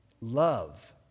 Love